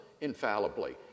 infallibly